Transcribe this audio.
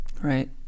right